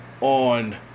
On